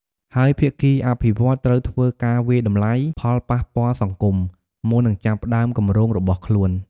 ហើយភាគីអភិវឌ្ឍត្រូវធ្វើការវាយតម្លៃផលប៉ះពាល់សង្គម មុននឹងចាប់ផ្ដើមគម្រោងរបស់ខ្លួន។